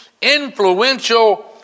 influential